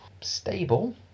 Stable